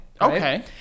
Okay